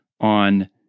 on